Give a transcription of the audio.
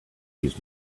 use